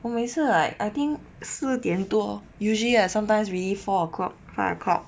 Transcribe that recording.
我每次 like I think 四点多 usually ah sometimes really four o'clock five o'clock